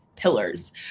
pillars